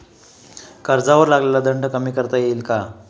कर्जावर लागलेला दंड कमी करता येईल का?